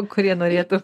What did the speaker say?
kurie norėtų